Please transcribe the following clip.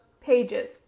pages